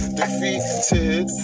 defeated